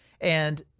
And-